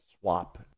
swap